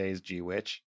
G-Witch